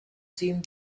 seemed